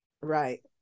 right